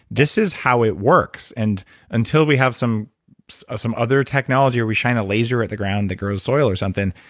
this is how it works and until we have some ah some other technology or we shine a laser at the ground that grows soil or something,